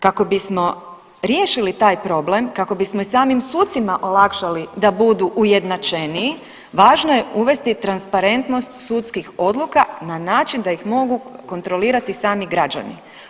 Kako bismo riješili taj problem, kako bismo i samim sucima olakšali da budu ujednačeniji važno je uvesti transparentnost sudskih odluka na način da ih mogu kontrolirati sami građani.